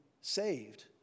saved